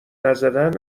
نزدن